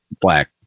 black